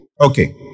Okay